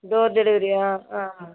door டெலிவரியா ஆ ஆ